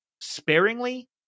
sparingly